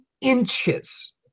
inches